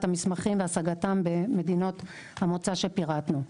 המסמכים והשגתם במדינות המוצא שפירטנו.